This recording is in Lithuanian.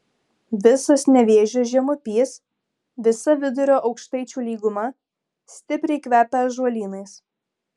visas nevėžio žemupys visa vidurio aukštaičių lyguma stipriai kvepia ąžuolynais